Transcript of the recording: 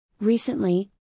Recently